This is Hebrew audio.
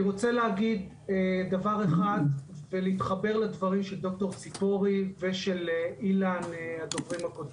אני רוצה להגיד דבר אחד ולהתחבר לדברים של ד"ר צפורי ושל אילן פנחס.